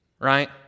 right